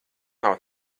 nav